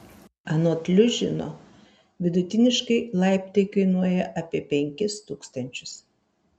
anot liužino vidutiniškai laiptai kainuoja apie penkis tūkstančius